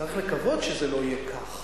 צריך לקוות שזה לא יהיה כך,